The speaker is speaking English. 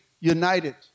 united